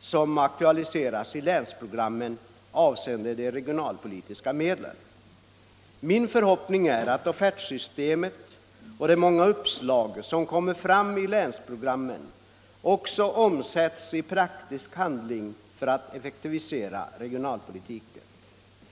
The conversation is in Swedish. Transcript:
som aktualiseras i länsprogrammen avseende de regionalpolitiska medlen. Min förhoppning är att offertsystemet och de många uppslag som kommer fram i länsprogrammen också omsätts i praktisk handling för att effektivisera regionalpolitiken.